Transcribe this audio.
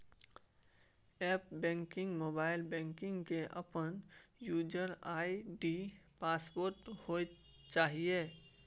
app banking, mobile banking के अपन user ID password होय चाहिए